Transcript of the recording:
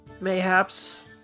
mayhaps